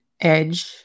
edge